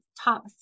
top